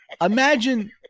imagine